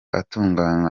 atunganywa